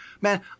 Man